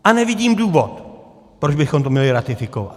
A nevidím důvod, proč bychom to měli ratifikovat.